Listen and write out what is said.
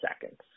seconds